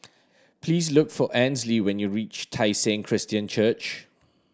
please look for Ansley when you reach Tai Seng Christian Church